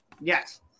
Yes